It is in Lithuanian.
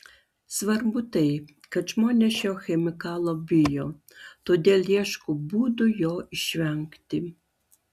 svarbu tai kad žmonės šio chemikalo bijo todėl ieško būdų jo išvengti